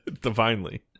Divinely